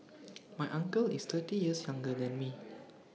my uncle is thirty years younger than me